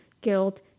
guilt